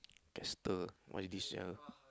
Kester what is this ya